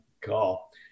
call